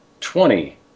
Twenty